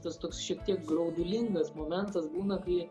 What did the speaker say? tas toks šiek tiek graudulingas momentas būna kai